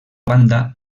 banda